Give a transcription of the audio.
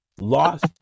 lost